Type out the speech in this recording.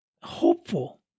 hopeful